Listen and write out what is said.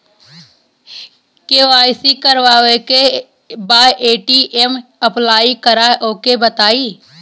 KYC करावे के बा ए.टी.एम अप्लाई करा ओके बताई?